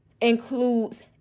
includes